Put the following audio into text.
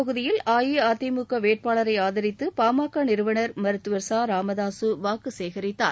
தொகுதியில் அஇஅதிமுக வேட்பாளரை ஆதரித்து பாமக நிறுவனர் மருத்துவர் ச ராமதாசு வாக்கு சேகரித்தார்